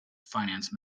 finance